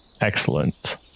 Excellent